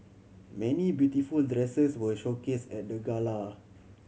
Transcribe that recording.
many beautiful dresses were showcase at the gala